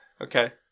Okay